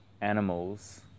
animals